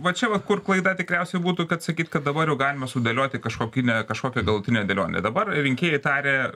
va čia va kur klaida tikriausiai būtų kad sakyt kad dabar jau galime sudėlioti kažkokį ne kažkokią galutinę dėlionę dabar rinkėjai taria